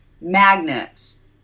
magnets